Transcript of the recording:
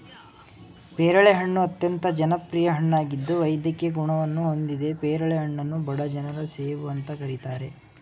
ಪೇರಳೆ ಹಣ್ಣು ಅತ್ಯಂತ ಜನಪ್ರಿಯ ಹಣ್ಣಾಗಿದ್ದು ವೈದ್ಯಕೀಯ ಗುಣವನ್ನು ಹೊಂದಿದೆ ಪೇರಳೆ ಹಣ್ಣನ್ನು ಬಡ ಜನರ ಸೇಬು ಅಂತ ಕರೀತಾರೆ